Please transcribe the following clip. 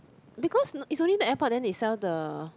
because is only the airport then they sell the